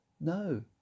No